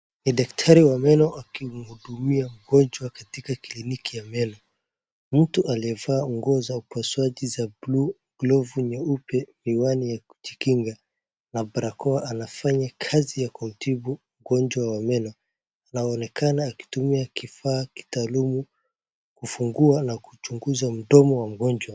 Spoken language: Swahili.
Daktari wa meno akimhudumia mgonjwa katika kliniki ya meno. Mtu aliyevaa nguo za upasuaji za blue , glovu nyeupe, miwani ya kujikinga na barakoa anafanya kazi ya kumtibu mgonjwa wa meno. Anaonekana akitumia kifaa kitaalamu kufungua na kuchunguza mdomo wa mgonjwa.